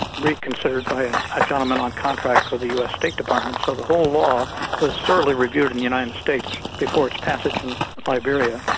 reconsidered by and a gentleman on contract for the us state department, so the whole law was thoroughly reviewed in the united states, before its passage in liberia.